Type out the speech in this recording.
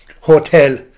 hotel